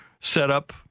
setup